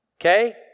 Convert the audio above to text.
Okay